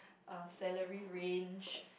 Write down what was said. uh salary range